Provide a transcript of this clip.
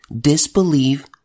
Disbelieve